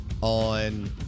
on